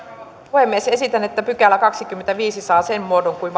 puhemies esitän että kahdeskymmenesviides pykälä saa sen muodon kuin